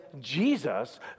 Jesus